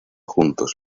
juntos